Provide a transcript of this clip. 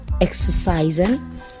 exercising